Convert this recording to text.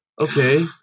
Okay